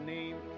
name